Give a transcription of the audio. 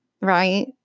right